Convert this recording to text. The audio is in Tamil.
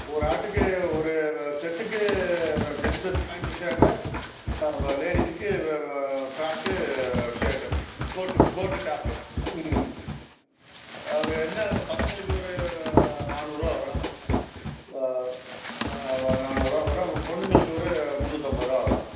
ஒரு ஆட்டுக்கு ஒரு செட்டுக்கு வெ ஜென்ஸு பேண்ட்டு ஷேர்ட்டு வ லேடீஸுக்கு frock shirt coat coat top ம் அது என்ன பசங்களுக்கு ஒரு நானூறுரூவா வரும் வ நானூறுரூவா வரும் பொண்ணுங்களுக்கு ஒரு முன்னூற்றம்பது ரூபா வரும்